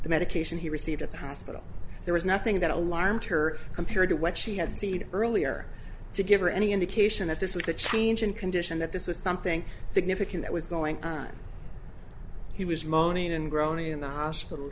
the medication he received at the hospital there was nothing that alarmed her compared to what she had seed earlier to give her any indication that this was a change in condition that this was something significant that was going on he was moaning and groaning in the